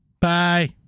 Bye